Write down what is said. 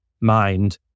mind